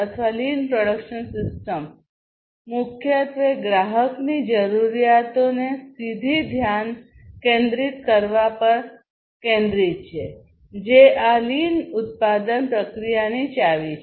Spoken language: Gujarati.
અથવા લીન પ્રોડક્શન સિસ્ટમ મુખ્યત્વે ગ્રાહકની જરૂરિયાતોને સીધી ધ્યાન કેન્દ્રિત કરવા પર કેન્દ્રિત છે જે આ લીન ઉત્પાદન પ્રક્રિયાની ચાવી છે